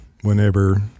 whenever